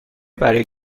برای